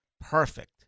Perfect